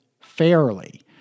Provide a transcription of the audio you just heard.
fairly